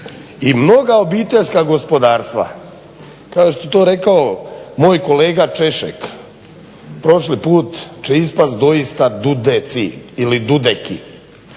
i mnoga obiteljska gospodarstva kao što je to rekao moj kolega Češek, prošli put će ispasti doisa dudeci ili dudeki